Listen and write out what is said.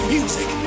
music